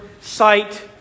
sight